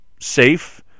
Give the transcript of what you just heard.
safe